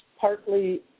partly